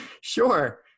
Sure